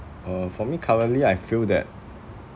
uh for me currently I feel that